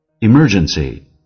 Emergency